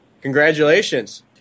congratulations